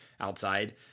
outside